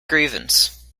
grievance